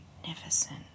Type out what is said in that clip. magnificent